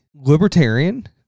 libertarian